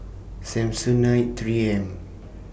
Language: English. Samsonite three M